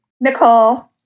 Nicole